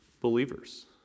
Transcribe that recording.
believers